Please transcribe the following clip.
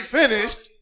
finished